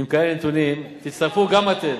עם כאלה נתונים, תצטרפו גם אתם.